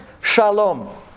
shalom